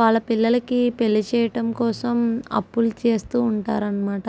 వాళ్ళ పిల్లలకి పెళ్ళి చేయడం కోసం అప్పులు చేస్తూ ఉంటారు అనమాట